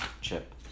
chip